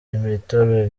imitobe